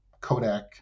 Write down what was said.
kodak